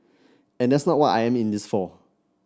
and that's not what I am in this for